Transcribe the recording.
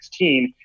2016